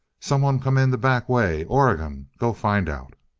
someone come in the back way. oregon, go find out!